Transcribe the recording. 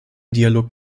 dialog